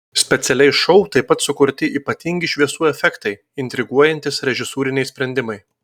specialiai šou taip pat sukurti ypatingi šviesų efektai intriguojantys režisūriniai sprendimai